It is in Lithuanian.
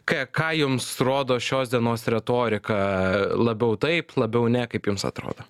ką ką jums rodo šios dienos retorika labiau taip labiau ne kaip jums atrodo